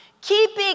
Keeping